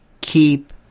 keep